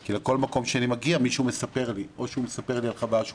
כי בכל מקום שאני מגיע מישהו מספר לי או על חוויה שהוא